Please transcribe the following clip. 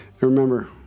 remember